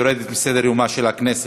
והיא יורדת מסדר-יומה של הכנסת.